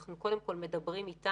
אנחנו קודם כל מדברים איתן